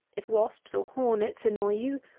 if wasps, or hornets, annoy you,